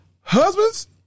Husbands